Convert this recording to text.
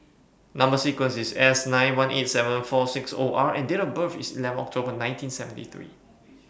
Number sequence IS S nine one eight seven four six O R and Date of birth IS eleven October nineteen seventy three